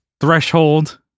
threshold